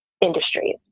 industries